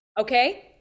Okay